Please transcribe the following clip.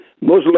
Muslim